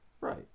Right